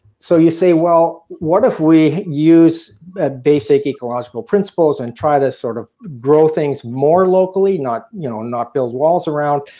so you say what if we use ah basic ecological principles and try to sort of grow things more locally, not you know not build walls around.